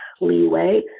Leeway